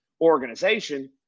organization